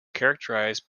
characterised